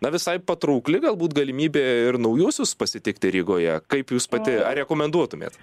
na visai patraukli galbūt galimybė ir naujuosius pasitikti rygoje kaip jūs pati ar rekomenduotumėt